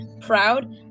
proud